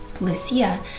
Lucia